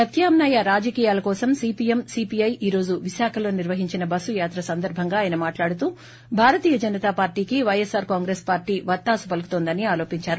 ప్రత్యామ్నాయ రాజకీయాల కోసం సీపీఎం సీపీఐ ఈ రోజు విశాఖలో నిర్వహించిన బస్సు యాత్ర సందర్భంగా ఆయన మాట్లాడుతూ భారతీయ జనతా పార్టీకి వైఎస్సార్ కాంగ్రెస్ పార్టీ వత్తాసు పలుకుతోందని ఆరోపించారు